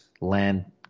land